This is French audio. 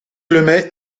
lemay